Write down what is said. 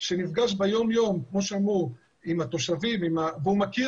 שנפגש ביום-יום עם התושבים והוא מכיר